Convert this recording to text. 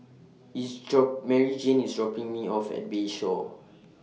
IS drop Maryjane IS dropping Me off At Bayshore